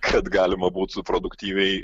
kad galima būtų produktyviai